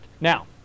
Now